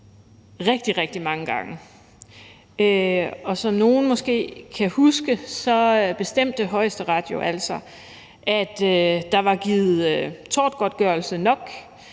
rigtig mange gange. Som nogle måske kan huske, bestemte Højesteret jo altså, at der var givet tortgodtgørelse nok,